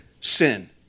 sin